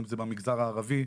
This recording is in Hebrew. אם זה במגזר הערבי,